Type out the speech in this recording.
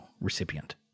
recipient